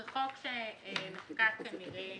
זה חוק שנחקק כנראה